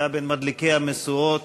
היה בין מדליקי המשואות,